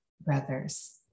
brothers